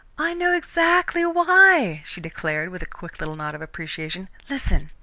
i know exactly why, she declared, with a quick little nod of appreciation. listen.